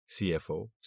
CFO